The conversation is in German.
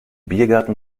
biergarten